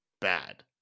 bad